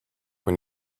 when